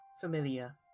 familiar